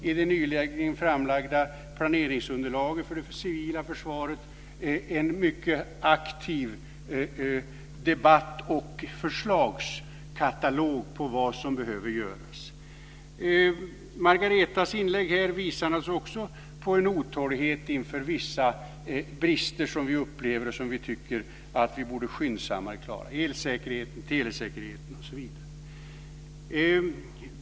I det nyligen framlagda planeringsunderlaget för det civila försvaret finns också en mycket aktiv debatt och förslagskatalog på vad som behöver göras. Margareta Viklunds inlägg visar naturligtvis också på en otålighet inför vissa brister som vi tycker att vi borde klara skyndsammare, elsäkerheten, telesäkerheten, osv.